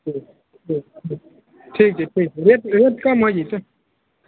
ठीक ठीक ठीक ठीक छै ठीक छै रेट रेट कम हो जएतै